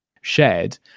shared